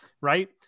Right